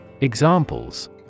Examples